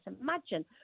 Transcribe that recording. imagine